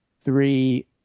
three